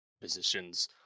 positions